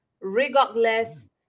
regardless